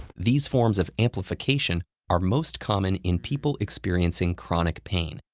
these forms of amplification are most common in people experiencing chronic pain,